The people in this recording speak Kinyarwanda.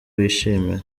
wishimira